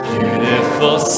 Beautiful